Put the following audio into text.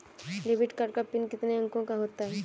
Debit card का PIN कितने अंकों का होता है?